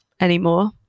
anymore